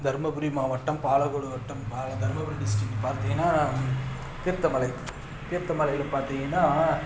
தர்மபுரி மாவட்டம் பாலக்கோடு வட்டம் பா தர்மபுரி டிஸ்டிரிக் பார்த்திங்கன்னா தீர்த்தமலை தீர்த்தமலையில் பார்த்திங்கன்னா